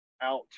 out